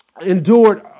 endured